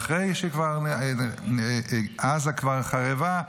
ואחרי שעזה כבר חרבה,